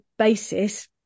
basis